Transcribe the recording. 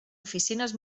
oficines